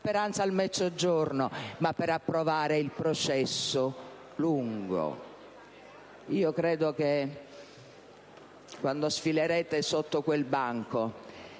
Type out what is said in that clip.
speranza al Mezzogiorno, ma per approvare il "processo lungo"? Credo che quando sfilerete sotto quel banco